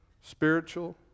Spiritual